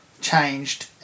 changed